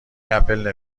اپل